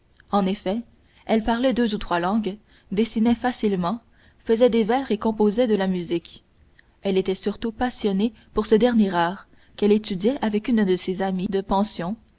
en effet elle parlait deux ou trois langues dessinait facilement faisait des vers et composait de la musique elle était surtout passionnée pour ce dernier art qu'elle étudiait avec une de ses amies de pension